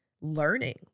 learning